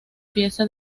pieza